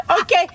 Okay